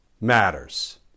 Matters